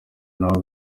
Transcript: nawe